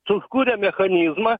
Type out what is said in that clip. sukūrė mechanizmą